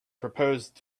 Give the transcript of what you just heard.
proposed